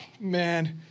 Man